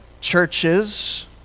churches